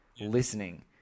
listening